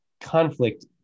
conflict